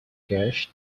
cache